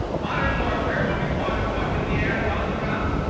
modern warfare will be fought as much in the air as on the ground,